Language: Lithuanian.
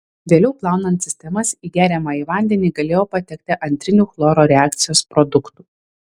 vėliau plaunant sistemas į geriamąjį vandenį galėjo patekti antrinių chloro reakcijos produktų